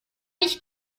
ich